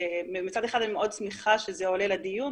מצד אחד אני מאוד שמחה שזה עולה לדיון,